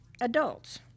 adults